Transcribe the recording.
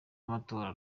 amatora